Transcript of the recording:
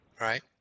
right